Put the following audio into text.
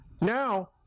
Now